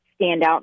standout